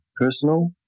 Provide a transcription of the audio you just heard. personal